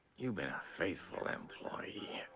you've been a faithful employee,